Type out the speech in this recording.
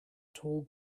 tall